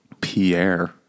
Pierre